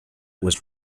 was